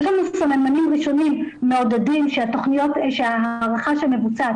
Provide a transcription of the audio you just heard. יש לנו סממנים ראשונים מעודדים שההערכה שמבוצעת,